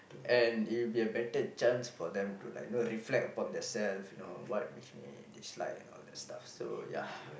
and it will be a better chance for them to like you know reflect upon themselves you know what makes me dislike all the stuff so ya